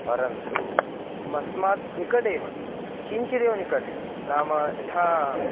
परन्तु अस्मात् निकटेव किञ्चिदेव निकटे नाम यथा